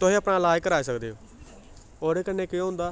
तुस अपना इलाज कराई सकदे ओ ओह्दे कन्नै केह् होंदा